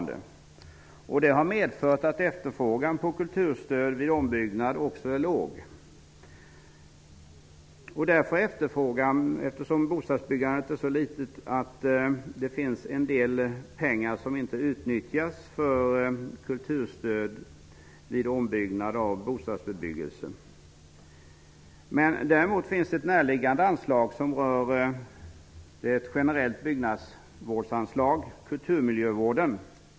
Det har medfört att efterfrågan på kulturstöd vid ombyggnad är liten. Bostadsbyggandet är så litet att en del pengar inte utnyttjas för kulturstöd vid ombyggnad av bostadsbebyggelse. Det finns ett närliggande generellt byggnadsvårdsanslag för kulturmiljövården.